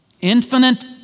Infinite